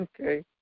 Okay